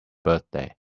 birthday